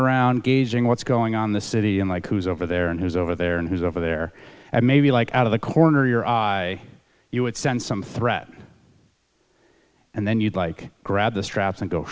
around gazing what's going on the city and like who's over there and who's over there and who's over there and maybe like out of the corner of your eye you would send some threat and then you'd like grab the straps and go